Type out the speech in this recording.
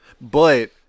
But-